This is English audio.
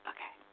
Okay